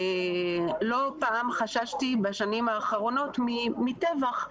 לא פעם חששתי בשנים האחרונות מטבח.